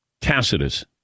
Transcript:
Tacitus